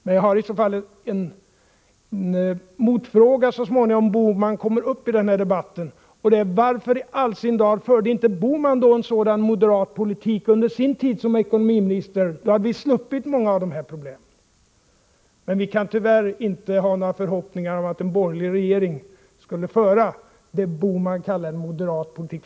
Men jag har ändå en motfråga, som Gösta Bohman kanske kan besvara när han så småningom kommer uppi debatten: Varför i all sin dagar förde inte Gösta Bohman en sådan moderat politik under sin tid som ekonomiminister? Då hade vi sluppit många av de problem vi har i dag. Men vi kan tyvärr inte ha några förhoppningar om att en borgerlig regering skulle föra det Gösta Bohman kallar en moderat politik.